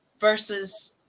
versus